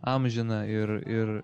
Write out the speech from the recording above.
amžiną ir ir